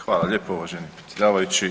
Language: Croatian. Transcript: Hvala lijepo uvaženi predsjedavajući.